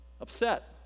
upset